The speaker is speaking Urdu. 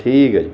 ٹھیک ہے جی